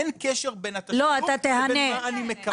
אין קשר בין התשלום לבין מה אני מקבל.